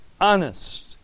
honest